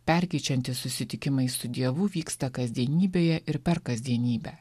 perkeičiantys susitikimai su dievu vyksta kasdienybėje ir per kasdienybę